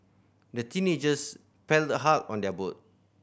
the teenagers paddled hard on their boat